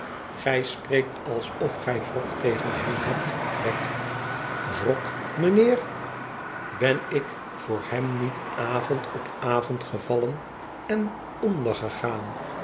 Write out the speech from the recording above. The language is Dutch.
gij spreekt alsof gij wrok tegen hem hebt wegg wrok meneer ben ik voor hem niet avond op avond gevallen en